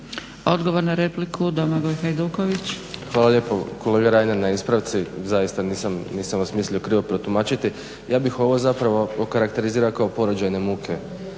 **Hajduković, Domagoj (SDP)** Hvala lijepo kolega Reiner na ispravci, zaista nisam vas mislio krivo protumačiti. Ja bih ovo zapravo okarakterizirao kao porođajne muke